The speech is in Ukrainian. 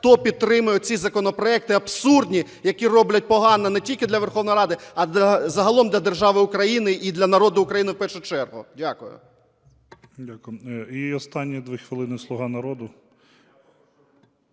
хто підтримує ці законопроекти абсурдні, які роблять погано не тільки для Верховної Ради, а загалом для держави України і для народу України в першу чергу. Дякую. ГОЛОВУЮЧИЙ. Дякую. І останні 2 хвилини – "Слуга народу".